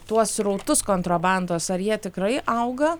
tuos srautus kontrabandos ar jie tikrai auga